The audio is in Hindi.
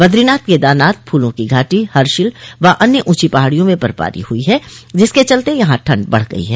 बदरीनाथ केदारनाथ फूलों की घाटी हर्षिल व अन्य ऊंची पहाड़ियों में बर्फबारी हुई है जिसके चलते यहां ठण्ड बढ़ गई है